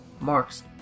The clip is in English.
marks